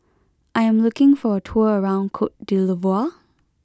I am looking for a tour around Cote d'Ivoire